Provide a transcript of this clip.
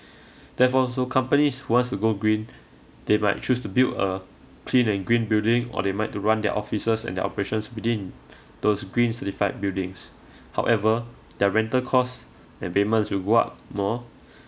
therefore so companies who wants to go green they might choose to build a clean and green building or they might to run their offices and their operations within those green certified buildings however their rental costs and payments will go up more